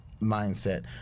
mindset